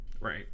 right